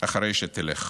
אחרי שתלך.